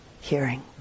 hearing